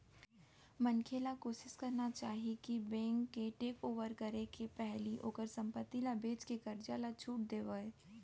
मनखे ल कोसिस करना चाही कि बेंक के टेकओवर करे के पहिली ओहर संपत्ति ल बेचके करजा ल छुट देवय